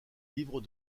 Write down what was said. livres